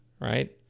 right